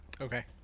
Okay